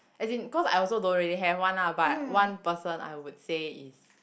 as in cause I also don't really have one lah but one person I would say is